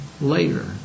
later